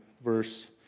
verse